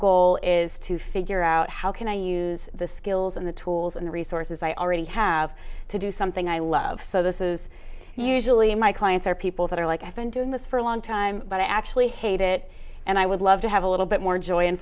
goal is to figure out how can i use the skills and the tools and the resources i already have to do something i love so this is usually my clients or people that are like i've been doing this for a long time but i actually hate it and i would love to have a little bit more joy